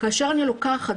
כאשר אני לוקחת,